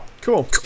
Cool